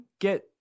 get